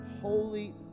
holy